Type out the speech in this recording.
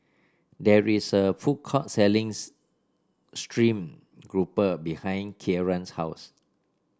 there is a food court selling's stream grouper behind Kieran's house